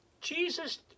Jesus